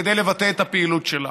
כדי לבטא את הפעילות שלה.